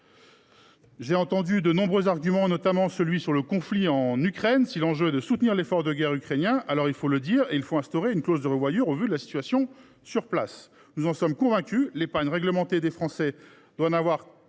peu confuses. Parmi vos arguments figure en effet le conflit en Ukraine. Si l’enjeu est de soutenir l’effort de guerre ukrainien, alors il faut le dire et instaurer une clause de revoyure au regard de la situation sur place. Nous en sommes convaincus : l’épargne réglementée des Français doit avoir